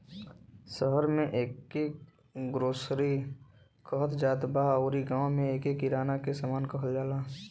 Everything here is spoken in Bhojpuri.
शहर में एके ग्रोसरी कहत जात बा अउरी गांव में एके किराना के सामान कहल जाला